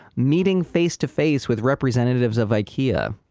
meeting face to face with representatives of ikea.